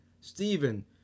Stephen